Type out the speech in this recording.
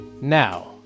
Now